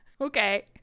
Okay